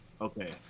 Okay